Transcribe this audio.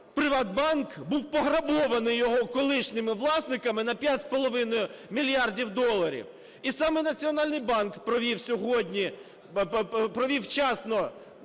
"ПриватБанк" був пограбований його колишніми власниками на 5,5 мільярдів доларів. І саме Національний банк провів сьогодні, провів вчасно